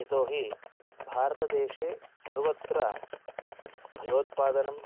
यतो हि भारतदेशे सर्वत्र भयोत्पादनम्